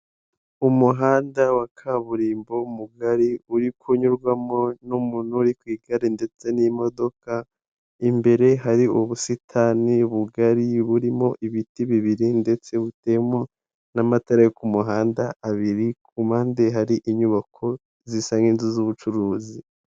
Umuhanda wa kaburimbo mugari uri kunyurwamo n'umuntu uri ku igare ndetse n'imodoka, imbere hari ubusitani bugari burimo ibiti bibiri ndetse buteyemo n'amatara yo ku muhanda abiri ku mpande hari inyubako zisa n'inzu z'ubucuruzi.